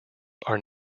are